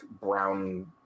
brown